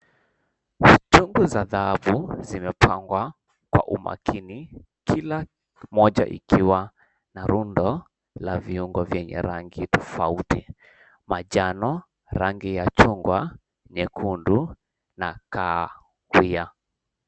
Chungu za dhahabu zimepangwa kwa umakini, kila moja ikiwa na rundo la viungo vyenye rangi tofauti. Majano, rangi ya chungwa, nyekundu na kahawia.